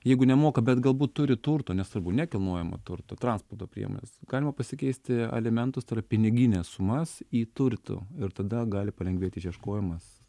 jeigu nemoka bet galbūt turi turto nesvarbu nekilnojamo turto transporto priemones galima pasikeisti alimentus tai yra pinigines sumas į turtų ir tada gali palengvėt išieškojimas